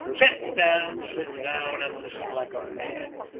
sit down, sit down and listen like a man!